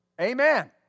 Amen